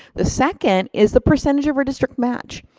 the second is the percentage of redistrict match.